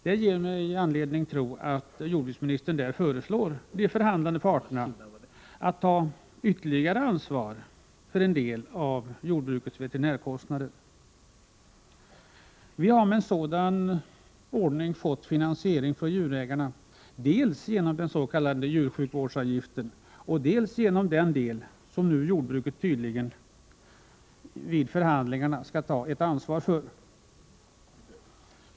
Det ger mig anledning tro att jordbruksministern här föreslår de förhandlande parterna att ta ytterligare ansvar för en del av jordbrukets veterinärkostnader. Vi har med en sådan ordning fått finansiering från djurägarna dels genom den s.k. djursjukvårdsavgiften, dels genom den del som jordbruket nu tydligen skall ta ett ansvar för vid förhandlingarna.